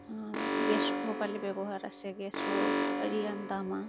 ᱟᱨ ᱜᱮᱥᱠᱚ ᱦᱚᱸ ᱵᱟᱞᱮ ᱵᱮᱵᱚᱦᱟᱨᱟ ᱥᱮ ᱜᱮᱥᱦᱚ ᱟᱹᱰᱤᱟᱴ ᱫᱟᱢᱟ